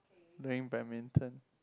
doing badminton